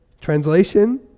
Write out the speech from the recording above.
Translation